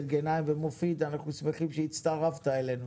--- ומופיד אנחנו שמחים שהצטרפת אלינו.